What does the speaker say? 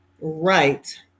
Right